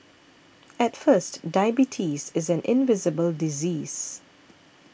at first diabetes is an invisible disease